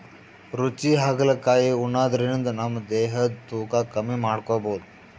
ರುಚಿ ಹಾಗಲಕಾಯಿ ಉಣಾದ್ರಿನ್ದ ನಮ್ ದೇಹದ್ದ್ ತೂಕಾ ಕಮ್ಮಿ ಮಾಡ್ಕೊಬಹುದ್